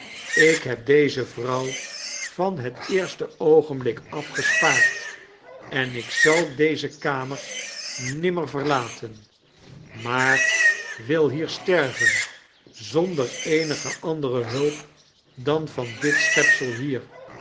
ik heb deze vrouw van het eerste oogenblik af gespaard en ik zal deze kamer nimmer verlaten maar wil hier sterven zonder eenige andere hulp dan van dit sohepsel hier